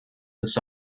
this